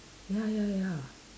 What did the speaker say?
ya ya ya